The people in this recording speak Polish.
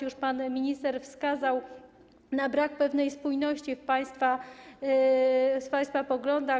Już pan minister wskazał na brak pewnej spójności w państwa poglądach.